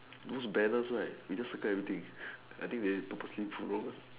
those banners right we just circle everything I think they purposely put wrong